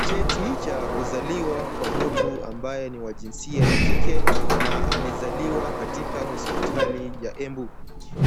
Cheti cha kuzaliwa kwa mtu ambaye ni wa jinsia ya kike na alizaliwa katika hospitali ya Embu.